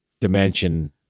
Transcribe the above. dimension